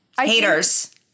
Haters